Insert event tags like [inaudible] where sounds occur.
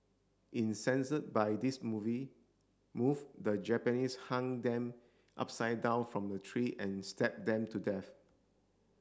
[unintelligible] by this movie move the Japanese hung them upside down from a tree and stabbed them to death